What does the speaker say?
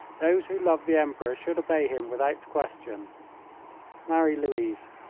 those who love the emperor should obey him without question marie louise.